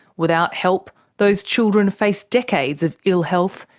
without help, those children face decades of ill health,